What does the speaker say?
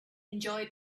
enjoyed